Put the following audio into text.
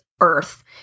earth